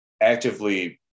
actively